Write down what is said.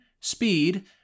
speed